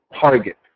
target